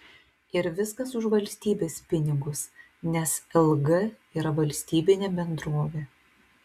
ir viskas už valstybės pinigus nes lg yra valstybinė bendrovė